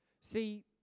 See